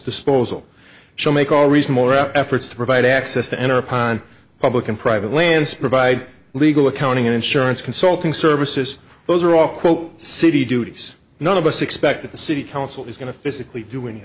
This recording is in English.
disposal shall make always more efforts to provide access to enter upon public and private lands provide legal accounting and insurance consulting services those are all quote city duties none of us expected the city council is going to physically do